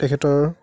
তেখেতৰ